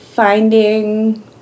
finding